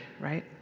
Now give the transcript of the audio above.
right